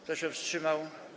Kto się wstrzymał?